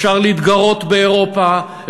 אפשר להתגרות באירופה,